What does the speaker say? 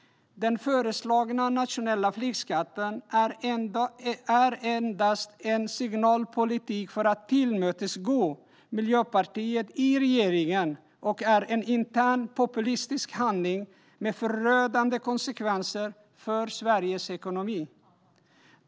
Den föreslagna nationella flygskatten är endast signalpolitik för att tillmötesgå Miljöpartiet i regeringen. Det är en intern, populistisk handling med förödande konsekvenser för Sveriges ekonomi.